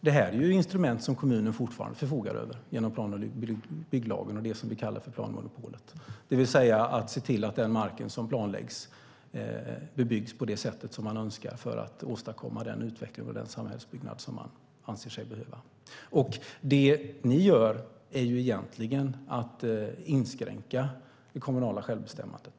Det är ett instrument som kommunerna fortfarande förfogar över genom plan och bygglagen och det som vi kallar för planmonopolet, det vill säga att man kan se till att den mark som planläggs bebyggs på det sätt man önskar för att åstadkomma den utveckling och samhällsbyggnad som man anser sig behöva. Det ni gör är egentligen att inskränka det kommunala självbestämmandet.